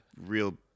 real